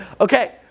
Okay